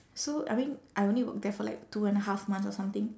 so I mean I only work there for like two and a half months or something